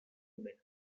women